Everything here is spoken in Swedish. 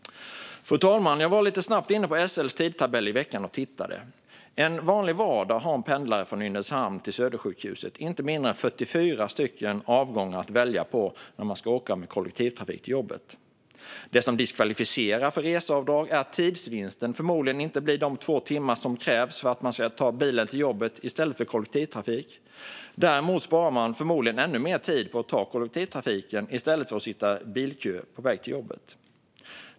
I veckan var jag inne lite snabbt och tittade på SL:s tidtabell. En vanlig vardag har en pendlare från Nynäshamn till Södersjukhuset inte mindre än 44 avgångar att välja på om man ska åka med kollektivtrafik till jobbet. Det som diskvalificerar för reseavdrag är att tidsvinsten förmodligen inte blir de två timmar som krävs för att man ska få ta bilen till jobbet i stället för kollektivtrafik. Däremot sparar man förmodligen mer tid på att ta kollektivtrafiken i stället för att sitta i bilkö på väg till jobbet.